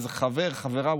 חבר חברה,